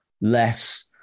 less